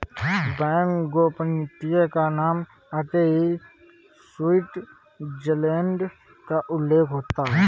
bank गोपनीयता का नाम आते ही स्विटजरलैण्ड का उल्लेख होता हैं